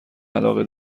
علاقه